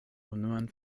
unuan